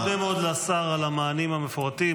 אני מודה מאוד לשר על המענים המפורטים.